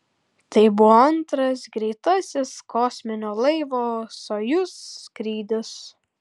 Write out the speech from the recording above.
tai buvo antras greitasis kosminio laivo sojuz skrydis